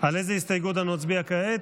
על איזו הסתייגות אנו נצביע כעת?